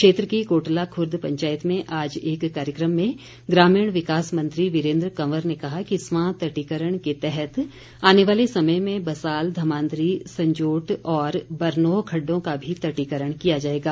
क्षेत्र की कोटला खुर्द पंचायत में आज एक कार्यक्रम में ग्रामीण विकास मंत्री वीरेन्द्र कंवर ने कहा कि स्वां तटीकरण के तहत आने वाले समय में बसाल धमांदरी संजोट और बरनोह खड्डों का भी तटीकरण किया जाएगा